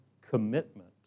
commitment